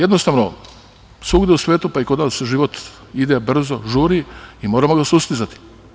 Jednostavno, svuda u svetu, pa i kod nas, život ide brzo, žuri, moramo ga sustizati.